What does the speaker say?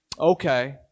Okay